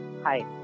hi